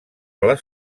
les